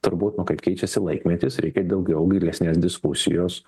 turbūt nu kaip keičiasi laikmetis reikia daugiau gilesnės diskusijos